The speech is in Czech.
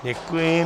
Děkuji.